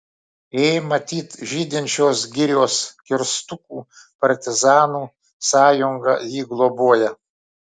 ė matyt žydinčios girios kirstukų partizanų sąjunga jį globoja